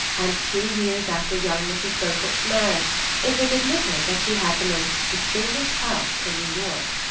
and two years after young mrs. beaufort's marriage it was admitted that she had the most distinguished house in new york.